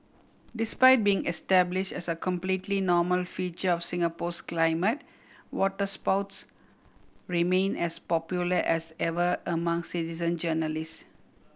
despite being establish as a completely normal feature of Singapore's climate waterspouts remain as popular as ever among citizen journalist